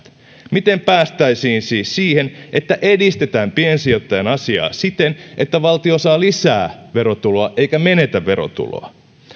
miten päästäisiin siis siihen että edistetään piensijoittajan asiaa siten että valtio saa lisää verotuloa eikä menetä verotuloa